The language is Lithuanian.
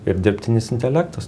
ir dirbtinis intelektas